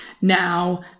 now